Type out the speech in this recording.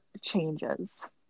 changes